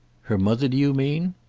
her mother, do you mean?